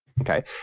Okay